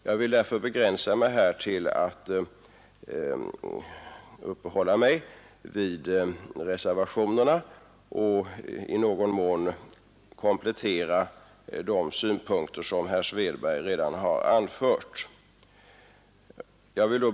Jag vill därför begränsa mig till att tala om reservationerna och i någon mån komplettera de synpunkter som herr Svedberg redan har anfört.